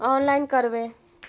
Online करवे?